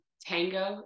Tango